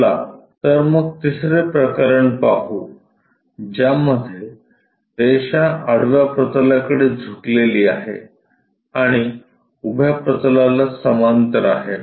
चला तर मग तिसरे प्रकरण पाहू ज्यामध्ये रेषा आडव्या प्रतलाकडे झुकलेली आहे आणि उभ्या प्रतलाला समांतर आहे